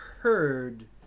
heard